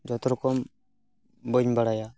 ᱡᱚᱛᱚ ᱨᱚᱠᱚᱢ ᱵᱟᱹᱧ ᱵᱟᱲᱟᱭᱟ